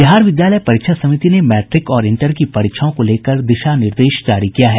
बिहार विद्यालय परीक्षा समिति ने मैट्रिक और इंटर की परीक्षाओं को लेकर दिशा निर्देश जारी किया है